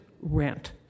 rent